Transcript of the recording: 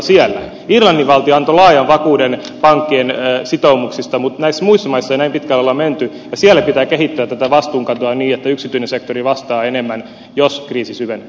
irlannin valtio antoi laajan vakuuden pankkien sitoumuksista mutta näissä muissa maissa ei näin pitkälle ole menty ja siellä pitää kehittää tätä vastuunkantoa niin että yksityinen sektori vastaa enemmän jos kriisi syvenee